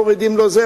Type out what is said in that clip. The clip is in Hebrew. מורידים לו זה,